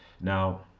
Now